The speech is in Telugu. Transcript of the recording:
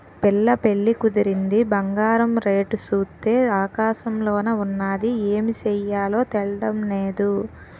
పిల్ల పెళ్లి కుదిరింది బంగారం రేటు సూత్తే ఆకాశంలోన ఉన్నాది ఏమి సెయ్యాలో తెల్డం నేదు